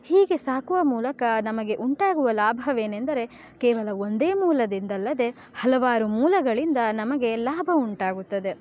ಹೀಗೆ ಸಾಕುವ ಮೂಲಕ ನಮಗೆ ಉಂಟಾಗುವ ಲಾಭವೇನೆಂದರೆ ಕೇವಲ ಒಂದೇ ಮೂಲದಿಂದಲ್ಲದೆ ಹಲವಾರು ಮೂಲಗಳಿಂದ ನಮಗೆ ಲಾಭ ಉಂಟಾಗುತ್ತದೆ